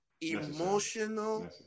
emotional